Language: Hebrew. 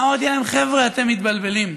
אמרתי להם: חבר'ה, אתם מתבלבלים.